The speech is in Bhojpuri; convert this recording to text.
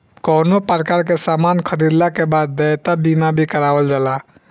कवनो प्रकार के सामान खरीदला के बाद देयता बीमा भी करावल जाला